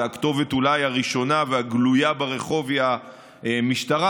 ואולי הכתובת הראשונה והגלויה ברחוב היא המשטרה,